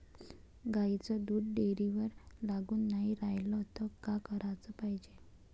गाईचं दूध डेअरीवर लागून नाई रायलं त का कराच पायजे?